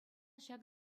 ҫак